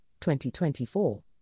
2024